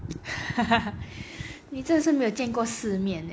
你真的是没有见过世面